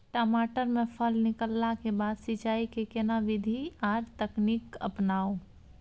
टमाटर में फल निकलला के बाद सिंचाई के केना विधी आर तकनीक अपनाऊ?